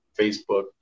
Facebook